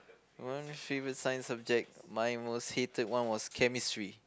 one favorite Science subject my most hated one was Chemistry